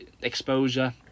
exposure